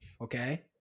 okay